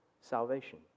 Salvation